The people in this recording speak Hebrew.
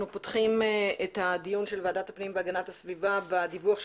אנחנו פותחים את הדיון של ועדת הפנים והגנת הסביבה בדיווח של